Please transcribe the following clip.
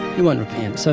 you won't repent. so,